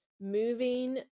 moving